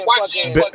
watching